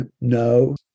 no